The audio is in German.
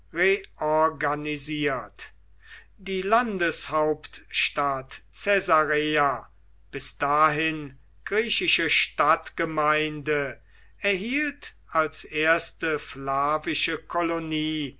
reorganisiert die landeshauptstadt caesarea bis dahin griechische stadtgemeinde erhielt als erste flavische kolonie